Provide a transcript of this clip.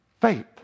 faith